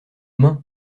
mains